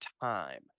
time